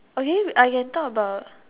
okay I can talk about